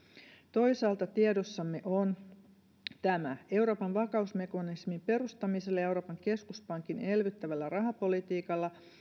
toisaalta tiedossamme on tämä euroopan vakausmekanismin perustamisella ja euroopan keskuspankin elvyttävällä rahapolitiikalla